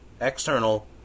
external